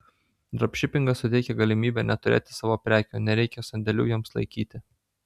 dropšipingas suteikia galimybę neturėti savo prekių nereikia sandėlių joms laikyti